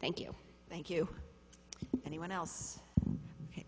thank you thank you anyone else this